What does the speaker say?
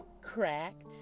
cracked